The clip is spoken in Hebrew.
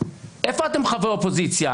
איפה אתם, חברי האופוזיציה?